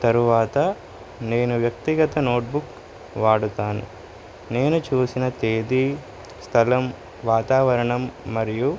తరువాత నేను వ్యక్తిగత నోట్బుక్ వాడుతాను నేను చూసిన తేదీ స్థలం వాతావరణం మరియు